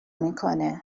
میکنه